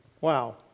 Wow